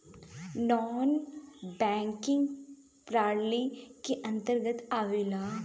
नानॅ banking प्रणाली के अंतर्गत आवेला